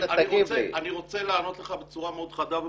אני רוצה לענות לך בצורה מאוד חדה וברורה.